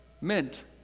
meant